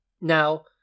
now